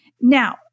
Now